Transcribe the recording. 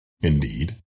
Indeed